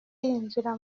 yinjira